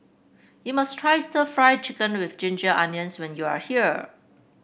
you must try Stir Fried Chicken with Ginger Onions when you are here